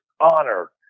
honor